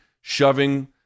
shoving